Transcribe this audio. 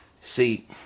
See